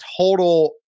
total